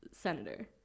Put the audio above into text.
Senator